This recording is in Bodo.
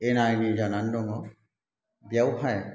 एना एनि जानानै दङ बेयावहाय